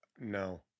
No